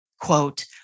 quote